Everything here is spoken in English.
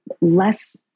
less